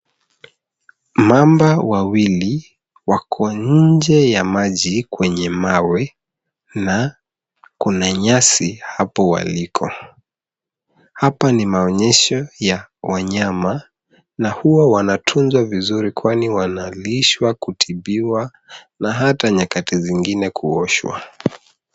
Mamba wawili wako nje ya maji kwenye mawe na kuna nyasi hapo waliko. Hapa ni maonyesho ya wanyama na huwa wanatunzwa vizuri kwani wanalishwa, kutibwa na hata nyakati zingine kuoshwa.